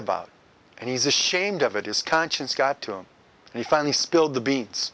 about and he's ashamed of it his conscience got to him and he finally spilled the beans